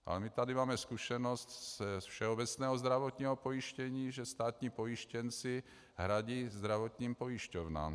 A my tady máme zkušenost z všeobecného zdravotního pojištění, že státní pojištěnci hradí zdravotním pojišťovnám.